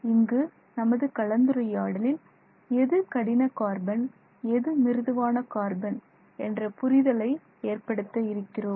இங்கு நமது கலந்துரையாடலில் எது கடின கார்பன் எது மிருதுவான கார்பன் என்ற புரிதலை ஏற்படுத்த இருக்கிறோம்